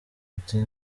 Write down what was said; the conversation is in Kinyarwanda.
uti